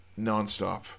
nonstop